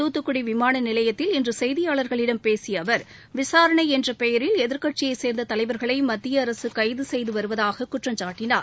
துத்துக்குடி விமான நிலையத்தில் இன்று செய்தியாளர்களிடம் பேசிய அவர் விசாரணை என்ற பெயரில் எதிர்க்கட்சியைச் சேர்ந்த தலைவர்களை மத்திய அரசு கைது செய்து வருவதாகக் குற்றம்சாட்டினார்